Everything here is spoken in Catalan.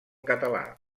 català